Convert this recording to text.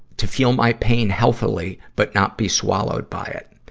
to feel my pain healthily, but not be swallowed by it.